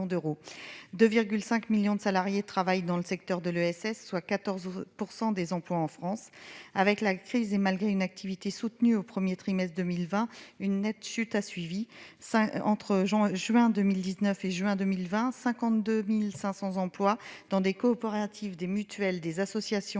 2,5 millions de salariés travaillent dans ce secteur, soit 14 % des emplois en France. Avec la crise, et malgré une activité soutenue au premier trimestre de 2020, une nette chute a suivi. Entre juin 2019 et juin 2020, 52 500 emplois dans des coopératives, des mutuelles, des associations et des entreprises